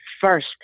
first